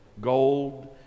gold